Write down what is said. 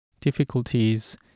difficulties